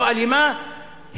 לא אלימה.